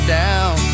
down